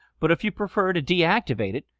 but if you prefer to de-activate it,